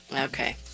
Okay